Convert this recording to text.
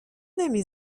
نمی